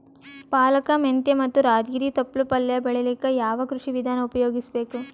ಪಾಲಕ, ಮೆಂತ್ಯ ಮತ್ತ ರಾಜಗಿರಿ ತೊಪ್ಲ ಪಲ್ಯ ಬೆಳಿಲಿಕ ಯಾವ ಕೃಷಿ ವಿಧಾನ ಉಪಯೋಗಿಸಿ ಬೇಕು?